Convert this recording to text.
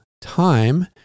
time